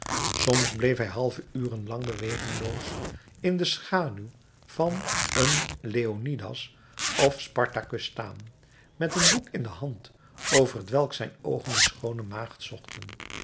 soms bleef hij halve uren lang bewegingloos in de schaduw van een leonidas of spartacus staan met een boek in de hand over t welk zijn oogen de schoone maagd zochten